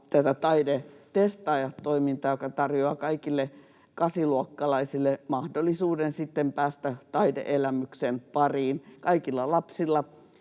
tätä Taidetestaajat-toimintaa, joka tarjoaa kaikille kasiluokkalaisille mahdollisuuden päästä taide-elämyksen pariin. Kaikilla lapsilla